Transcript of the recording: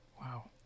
Wow